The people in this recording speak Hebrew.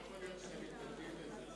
לא יכול להיות שהם מתנגדים לזה.